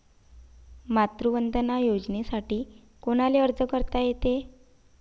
मातृवंदना योजनेसाठी कोनाले अर्ज करता येते?